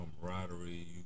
camaraderie